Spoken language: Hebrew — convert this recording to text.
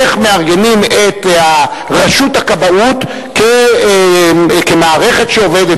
איך מארגנים את רשות הכבאות כמערכת שעובדת,